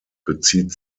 bezieht